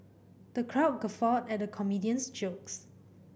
the crowd guffawed at the comedian's jokes